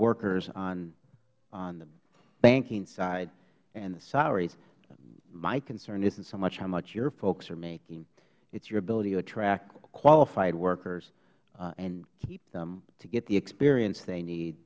workers on the banking side and the salaries my concern isn't so much how much your folks are making it's your ability to track qualified workers and keep them to get the experience they